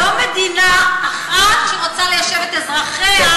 לא מדינה אחת שרוצה ליישב את אזרחיה במדינה שלך.